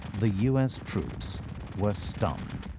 the u s. troops were stunned,